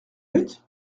minutes